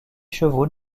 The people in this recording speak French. chevaux